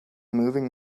moving